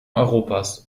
europas